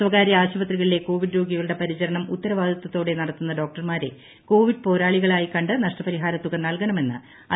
സ്വകാര്യ ആശുപത്രികളിലെ കോവിഡ് രോഗികളുടെ പരിചരണം ഉത്തരവാദിത്തതോടെ നടത്തുന്ന ഡോക്ടർമാരെ കോവിഡ് പോരാളികളായി കണ്ട് നഷ്ടപരിഹാര തുക നൽകണമെന്ന് ഐ